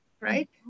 right